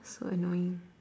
so annoying